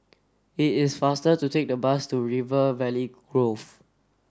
it is faster to take the bus to River Valley Grove